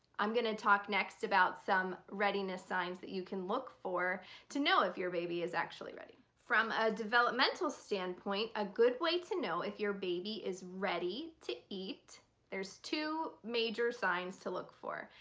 i'm gonna talk next about some readiness signs that you can look for to know if your baby is actually ready. from a developmental standpoint a good way to know if your baby is ready to eat there's two major signs to look for.